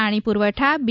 પાણી પુરવઠા બી